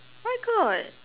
where got